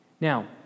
Now